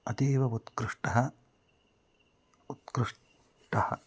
अतीव उत्कृष्टम् उत्कृष्टम्